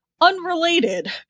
unrelated